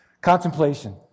Contemplation